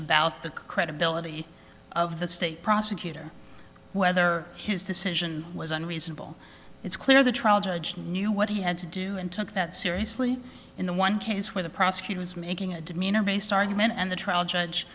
about the credibility of the state prosecutor whether his decision was unreasonable it's clear the trial judge knew what he had to do and took that seriously in the one case where the prosecutor was making a demeanor based argument and the trial judge